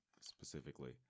specifically